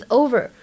over